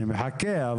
אני מחכה.